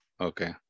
Okay